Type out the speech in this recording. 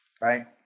right